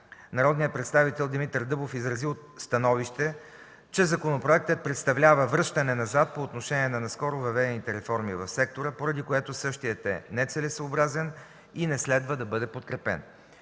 Народният представител Димитър Дъбов изрази становище, че законопроектът представлява връщане назад по отношение на наскоро въведените реформи в сектора, поради което същият е нецелесъобразен и не следва да бъде подкрепен.